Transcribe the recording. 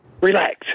relax